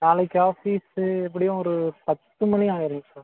நாளைக்கு ஆஃபீஸு எப்படியும் ஒரு பத்து மணி ஆயிடும் சார்